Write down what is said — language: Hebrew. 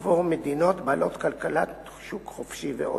עבור מדינות בעלות כלכלת שוק חופשי ועוד.